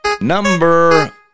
number